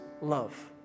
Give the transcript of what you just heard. love